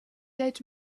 dead